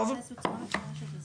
טוב.